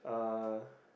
uh